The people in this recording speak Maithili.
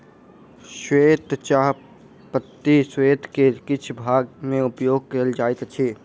श्वेत चाह पत्ती विश्व के किछ भाग में उपयोग कयल जाइत अछि